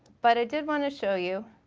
but i did wanna show you